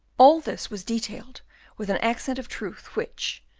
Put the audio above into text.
all this was detailed with an accent of truth which,